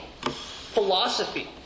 philosophy